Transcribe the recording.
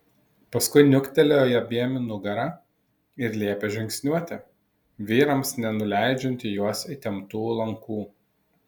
paskui niuktelėjo abiem į nugarą ir liepė žingsniuoti vyrams nenuleidžiant į juos įtemptų lankų